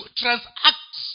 transact